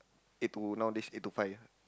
eight to nowadays either to five